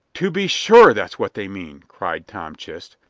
to be sure that's what they mean! cried tom chist.